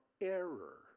error